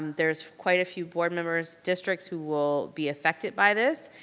there's quite a few board members' districts who will be affected by this,